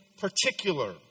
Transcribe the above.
Particular